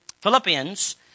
Philippians